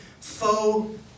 faux